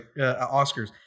Oscars